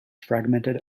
fragmented